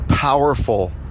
Powerful